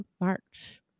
March